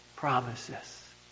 Promises